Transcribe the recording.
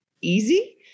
easy